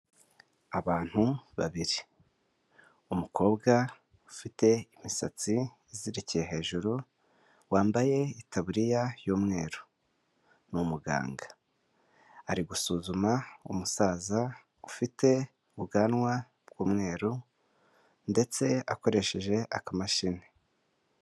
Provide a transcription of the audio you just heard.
Abantu babiri umukobwa ufite imisatsi izirikiye hejuru wambaye itaburiya y'umweru ni umuganga, ari gusuzuma umusaza ufite ubwanwa bw'umweru ndetse akoresheje akamashini.